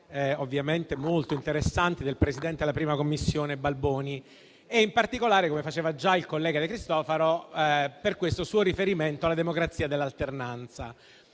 ovviamente molto interessanti - del presidente della 1a Commissione Balboni e in particolare, come ha fatto già il collega De Cristofaro, per questo suo riferimento alla democrazia dell'alternanza.